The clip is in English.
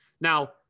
Now